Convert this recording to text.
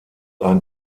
ein